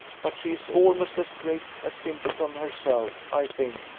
but she is almost as great a simpleton herself, i think,